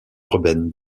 urbaine